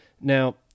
Now